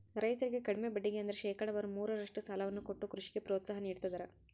ರೈತರಿಗೆ ಕಡಿಮೆ ಬಡ್ಡಿಗೆ ಅಂದ್ರ ಶೇಕಡಾವಾರು ಮೂರರಷ್ಟು ಸಾಲವನ್ನ ಕೊಟ್ಟು ಕೃಷಿಗೆ ಪ್ರೋತ್ಸಾಹ ನೀಡ್ತದರ